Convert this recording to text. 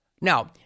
Now